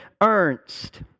Ernst